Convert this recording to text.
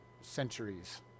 centuries